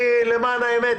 כי למען האמת,